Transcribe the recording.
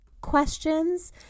questions